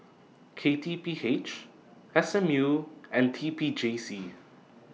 K T P H S M U and T P J C